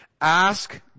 ask